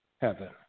heaven